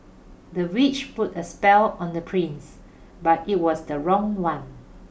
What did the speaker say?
the witch put a spell on the prince but it was the wrong one